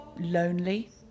lonely